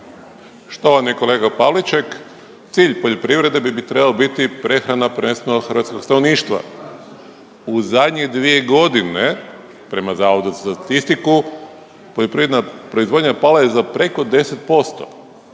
Štovani kolega Pavliček, cilj poljoprivrede bi trebao biti prehrana prvenstveno hrvatskog stanovništva. U zadnje dvije godine prema Zavodu za statistiku, poljoprivredna proizvodnja pala je za preko 10%.